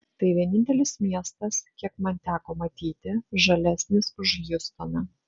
tai vienintelis miestas kiek man teko matyti žalesnis už hjustoną